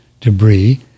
debris